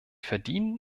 verdienen